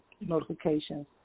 notifications